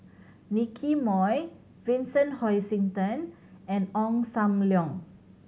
Nicky Moey Vincent Hoisington and Ong Sam Leong